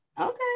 okay